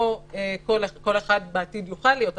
כל אחד בעתיד יוכל להיות,